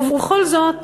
ובכל זאת